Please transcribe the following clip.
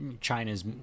China's